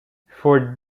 for